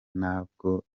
ntabwo